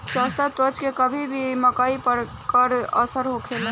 जस्ता तत्व के कमी से मकई पर का असर होखेला?